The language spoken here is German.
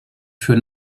für